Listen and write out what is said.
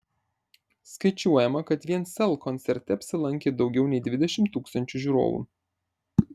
skaičiuojama kad vien sel koncerte apsilankė daugiau nei dvidešimt tūkstančių žiūrovų